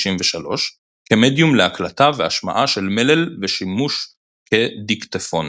כמדיום להקלטה ולהשמעה של מלל ולשימוש כדיקטפון.